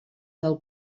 del